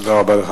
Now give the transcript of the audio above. תודה רבה לך,